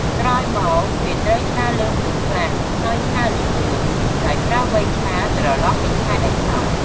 ក្រោយមកគេ ត្រូវឆាលើភ្លើង ខ្លាំង ហើយឆាលឿនៗដោយប្រើវែកឆាត្រលប់កញ្ឆែតឲ្យសព្វ។